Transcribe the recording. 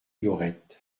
laurette